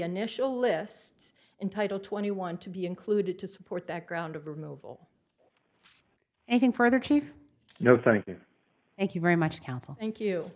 initial list in title twenty one to be included to support that ground of removal and then further chief no thank you thank you very much counsel thank you